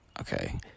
Okay